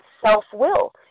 self-will